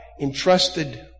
entrusted